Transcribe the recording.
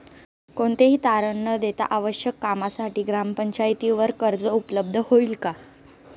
कोणतेही तारण न देता आवश्यक कामासाठी ग्रामपातळीवर कर्ज उपलब्ध होईल का?